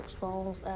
phones